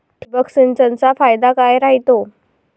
ठिबक सिंचनचा फायदा काय राह्यतो?